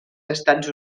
estats